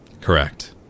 Correct